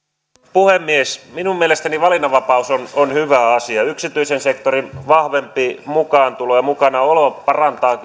puhemies minun mielestäni valinnanvapaus on on hyvä asia yksityisen sektorin vahvempi mukaantulo ja mukanaolo parantaa